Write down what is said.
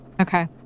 Okay